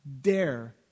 dare